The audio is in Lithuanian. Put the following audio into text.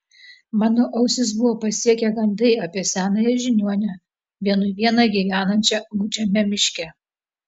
mano ausis buvo pasiekę gandai apie senąją žiniuonę vienui vieną gyvenančią gūdžiame miške